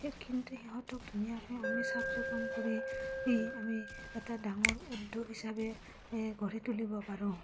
কিন্তু সিহঁতক ধুনীয়াকৈ আমি চাফ চিকুণ কৰি সেই আমি এটা ডাঙৰ উদ্যোগ হিচাপে গঢ়ি তুলিব পাৰোঁ